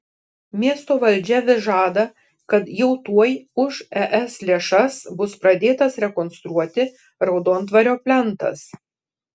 miesto valdžia vis žada kad jau tuoj už es lėšas bus pradėtas rekonstruoti raudondvario plentas